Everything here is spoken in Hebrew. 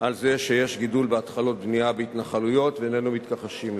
על זה שיש גידול בהתחלות בנייה בהתנחלויות ואיננו מתכחשים לזה.